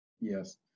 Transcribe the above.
Yes